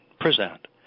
present